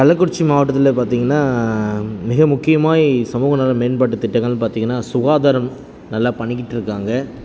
கள்ளக்குறிச்சி மாவட்டத்தில் பார்த்திங்கன்னா மிக முக்கியமாய் சமூக நல மேம்பாட்டு திட்டங்கள்ன்னு பார்த்திங்கன்னா சுகாதாரம் நல்லா பண்ணிக்கிட்டு இருக்காங்க